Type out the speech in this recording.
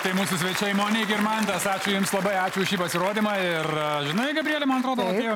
tai mūsų svečiai monyk ir mandas ačiū jums labai ačiū už šį pasirodymą ir žinai gabrielė man atrodo jau